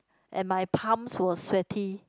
and my palms were sweaty